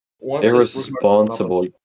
Irresponsible